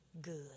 good